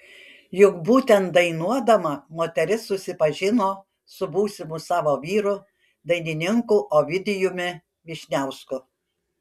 juk būtent dainuodama moteris susipažino su būsimu savo vyru dainininku ovidijumi vyšniausku